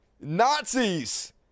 Nazis